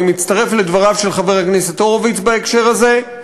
ואני מצטרף לדבריו של חבר הכנסת הורוביץ בהקשר הזה,